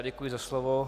Děkuji za slovo.